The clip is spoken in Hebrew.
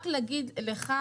רק להגיד לך,